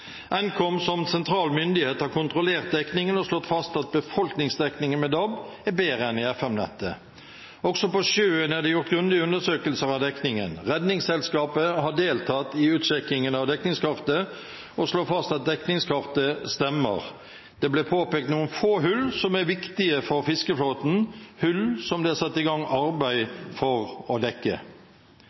Nkom som sentral myndighet har kontrollert dekningen og slått fast at befolkningsdekningen med DAB er bedre enn i FM-nettet. Også på sjøen er det gjort grundige undersøkelser av dekningen. Redningsselskapet har deltatt i utsjekkingen av dekningskartet og slår fast at dekningskartet stemmer. Det ble påpekt noen få hull som er viktige for fiskeflåten, hull som det er satt i gang arbeid for å dekke.